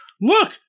look